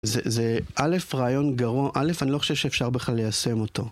זה א', רעיון גרוע, א', אני לא חושב שאפשר בכלל ליישם אותו.